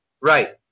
Right